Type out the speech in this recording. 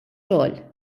xogħol